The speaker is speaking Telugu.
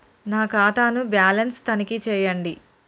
నా ఖాతా ను బ్యాలన్స్ తనిఖీ చేయండి?